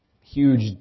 huge